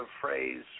phrase